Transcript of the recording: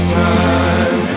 time